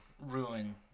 ruin